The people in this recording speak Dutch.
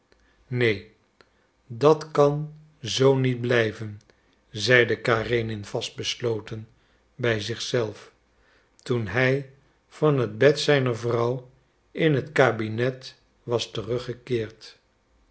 neen dat kan zoo niet blijven zeide karenin vastbesloten bij zich zelf toen hij van het bed zijner vrouw in zijn kabinet was teruggekeerd